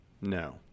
No